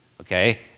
Okay